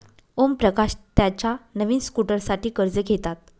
ओमप्रकाश त्याच्या नवीन स्कूटरसाठी कर्ज घेतात